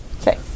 Okay